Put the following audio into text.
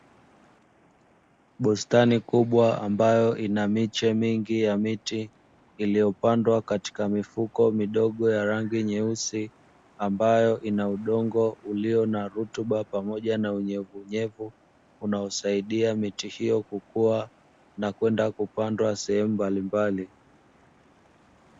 Bustani kubwa ambayo ina miche mingi ya miti iliyopandwa katika mifuko midogo ya rangi nyeusi, ambayo ina udongo ulio na rutuba pamoja na unyevunyevu unaosaidia miti hiyo kukua, na kwenda kupandwa sehemu mbalimbali.